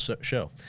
show